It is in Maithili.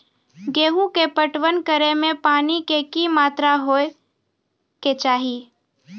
गेहूँ के पटवन करै मे पानी के कि मात्रा होय केचाही?